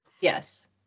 Yes